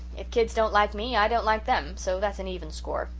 if kids don't like me i don't like them, so that's an even score.